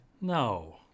No